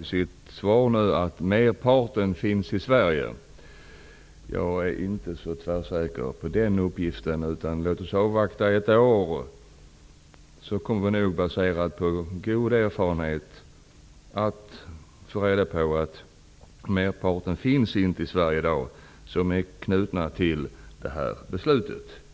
i sitt svar att merparten bosnier finns i Sverige. Jag är inte så tvärsäker på den uppgiften. Låt oss avvakta ett år. Då kommer vi nog att få reda på att merparten som är knutna till det här beslutet inte finns i Sverige i dag.